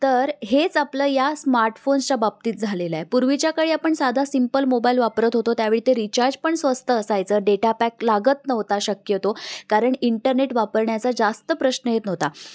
तर हेच आपलं या स्मार्टफोन्सच्या बाबतीत झालेलं आहे पूर्वीच्या काळी आपण साधा सिम्पल मोबाईल वापरत होतो त्यावेळी ते रिचार्ज पण स्वस्त असायचं डेटा पॅक लागत नव्हता शक्यतो कारण इंटरनेट वापरण्याचा जास्त प्रश्न येत नव्हता